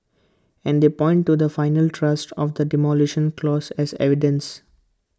and they point to the final trust of the Demolition Clause as evidence